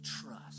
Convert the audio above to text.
trust